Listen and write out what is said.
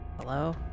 Hello